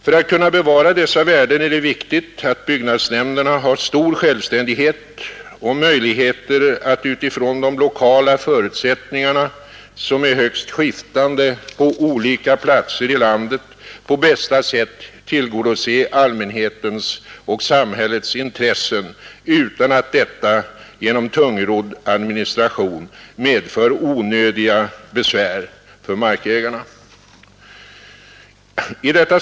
För att kunna bevara dessa värden är det viktigt att byggnadsnämnderna har stor självständighet och möjligheter att utifrån de lokala förutsättningarna, som är högst skiftande på olika platser i landet, på bästa sätt tillgodose allmänhetens och samhällets intressen utan att detta genom tungrodd administration medför onödigt besvär för markägarna.